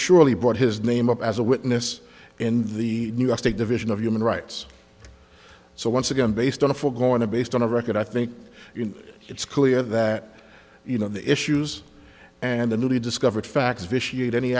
surely brought his name up as a witness in the new york state division of human rights so once again based on a for going to based on a record i think it's clear that you know the issues and the newly discovered facts vitiate any